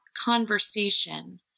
conversation